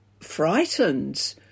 frightened